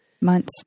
Months